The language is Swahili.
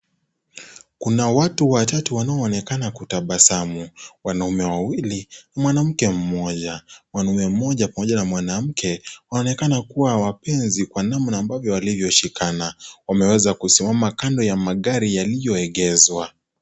Kuna watu watatu wanaoonekana kutabasamu. Wanaume wawili, mwanamke mmoja. Mwanaume mmoja pamoja na mwanamke, wanaoonekana kuwa wapenzi kwa namna ambavyo walivyoshikana. Wameweza kusimama kando ya magari yaliyoegeshwa.